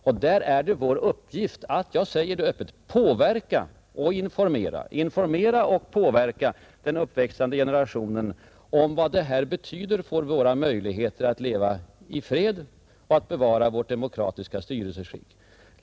Det är vår uppgift — jag säger det öppet — att informera och påverka den uppväxande generationen om vad det här betyder för våra möjligheter att leva i fred, att bevara vårt demokratiska styrelseskick.